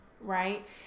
right